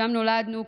שם נולדנו,